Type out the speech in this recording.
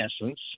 essence